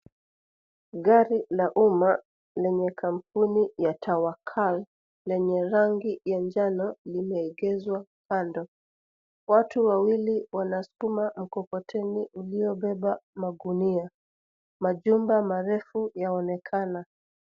Gari la umma, lenye kampuni ya Tawakal, lenye rangi ya njano limeegezwa kando. Watu wawili wanasukuma mkokoteni uliyobeba magunia. Majumba marefu yaonekana.